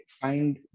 find